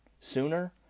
sooner